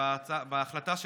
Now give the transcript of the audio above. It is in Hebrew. בהחלטה שלכם,